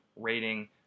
rating